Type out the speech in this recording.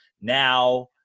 now